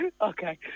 Okay